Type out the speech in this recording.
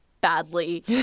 badly